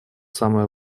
самое